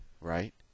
right